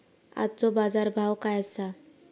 आजचो बाजार भाव काय आसा?